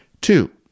Two